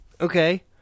Okay